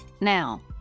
Now